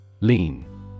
Lean